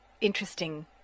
interesting